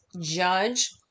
judge